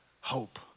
hope